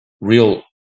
real